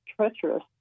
treacherous